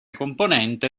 componente